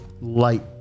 light